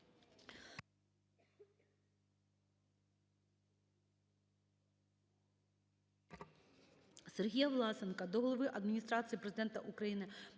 Сергія Власенка до Глави Адміністрації Президента України,